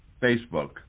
Facebook